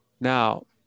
Now